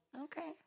Okay